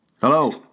Hello